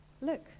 Look